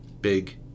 big